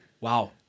wow